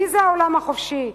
מי זה "העולם החופשי"?